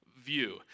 View